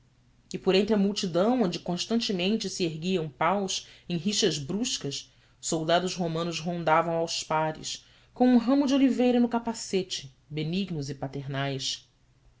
e por entre a multidão onde constantemente se erguiam paus em lixas bruscas soldados romanos rondavam aos pares com um ramo de oliveira no capacete benignos e paternais